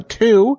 two